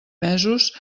mesos